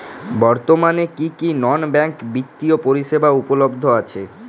বর্তমানে কী কী নন ব্যাঙ্ক বিত্তীয় পরিষেবা উপলব্ধ আছে?